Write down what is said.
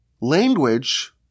language